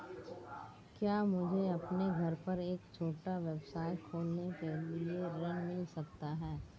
क्या मुझे अपने घर पर एक छोटा व्यवसाय खोलने के लिए ऋण मिल सकता है?